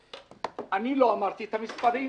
אני לא אמרתי את המספרים,